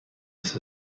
his